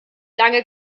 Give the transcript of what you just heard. lange